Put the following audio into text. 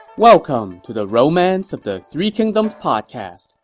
welcome to the romance of the three kingdoms podcast.